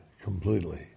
completely